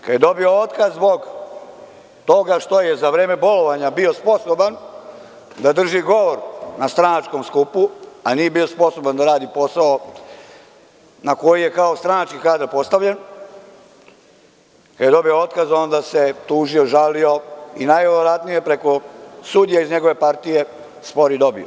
Kad je dobio otkaz zbog toga što je za vreme bolovanja bio sposoban da drži govor na stranačkom skupu, a nije bio sposoban da radi posao na koji je kao stranački kadar postavljen, kada je dobi otkaz, onda se tužio, žalio i najverovatnije preko sudija iz njegove partije spor i dobio.